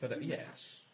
yes